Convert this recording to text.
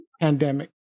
pandemic